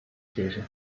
sizze